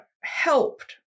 helped